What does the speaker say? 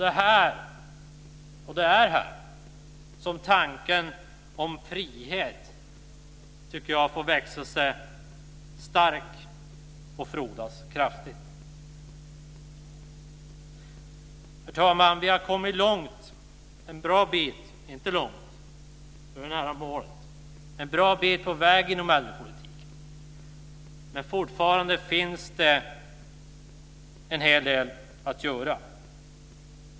Det är här som tanken om frihet får växa sig stark och frodas. Herr talman! Vi har kommit en bra bit på vägen inom äldrepolitiken. Nu är vi nära målet. Men det finns fortfarande en hel del att göra.